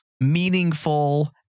meaningful